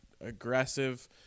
aggressive